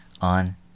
on